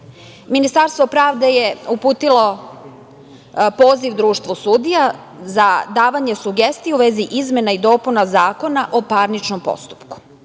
sistemu. Ministarstvo pravde je uputilo poziv društvu sudija za davanje sugestija u vezi izmena i dopuna Zakona o parničnom postupku